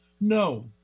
No